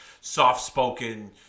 soft-spoken